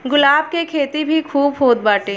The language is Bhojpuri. गुलाब के खेती भी खूब होत बाटे